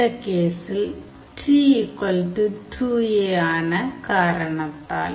இந்த கேஸில் T 2a ஆன காரணத்தால்